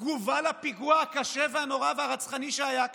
תגובה על הפיגוע הקשה והנורא והרצחני שהיה כאן.